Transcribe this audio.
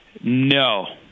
No